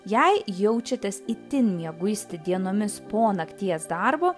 jei jaučiatės itin mieguisti dienomis po nakties darbo